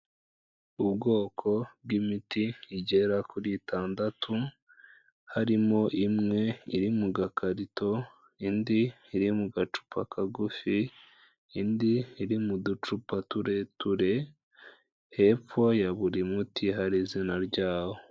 Ubwoko bw'imiti igera kuri itandatu. harimo imwe iri mu gakarito, indi iri mu gacupa kagufi, indi iri mu ducupa tureture, hepfo ya buri muti hari izina ryawo.